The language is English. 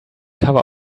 cover